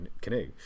canoe